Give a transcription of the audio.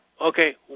okay